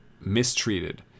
mistreated